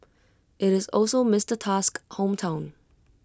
IT is also Mister Tusk's hometown